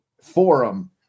forum